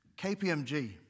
KPMG